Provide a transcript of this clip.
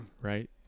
Right